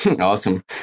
awesome